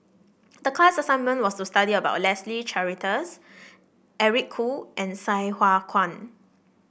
the class assignment was to study about Leslie Charteris Eric Khoo and Sai Hua Kuan